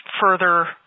further